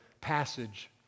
passage